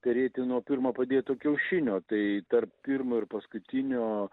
perėti nuo pirmo padėto kiaušinio tai tarp pirmo ir paskutinio